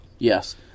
Yes